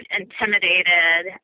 intimidated